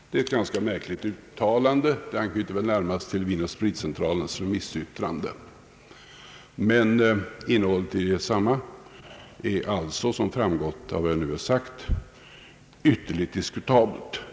Det är ett ganska märkligt uttalande och anknyter väl närmast till Vinoch spritcentralens remissyttrande, men innehållet är — vilket framgått av vad jag här anfört — ytterligt diskutabelt.